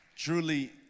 Truly